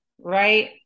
right